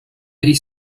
ich